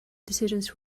decisions